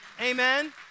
amen